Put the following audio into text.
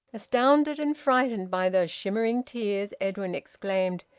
astounded and frightened by those shimmering tears, edwin exclaimed,